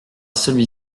celui